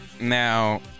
Now